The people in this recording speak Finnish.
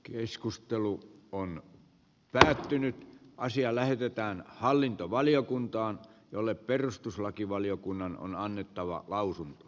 keskustelu on päättynyt ja asia lähetetään hallintovaliokuntaan jolle perustuslakivaliokunnan on annettava lausuu yleistymisellä